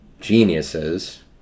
geniuses